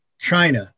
China